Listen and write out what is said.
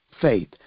faith